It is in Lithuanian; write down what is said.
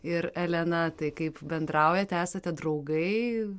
ir elena tai kaip bendraujate esate draugai